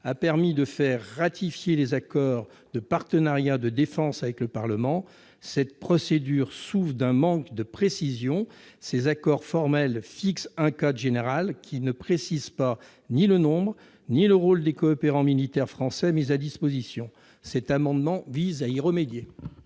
a permis de faire ratifier les accords de partenariat de défense par le Parlement. Cette procédure souffre d'un manque de précision : ces accords formels fixent un cadre général qui ne précise ni le nombre ni le rôle des coopérants militaires français mis à disposition. Cet amendement vise à y remédier.